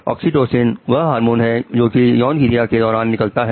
oxytocin वह hormone है जो कि यौन क्रिया के दौरान निकलता है